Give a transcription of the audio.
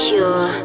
Pure